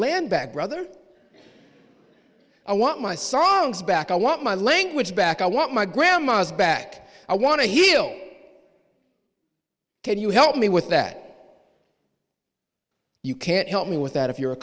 land back brother i want my songs back i want my language back i want my grandmas back i want to hear can you help me with that you can't help me with that if you're a